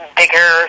bigger